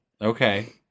Okay